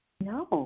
No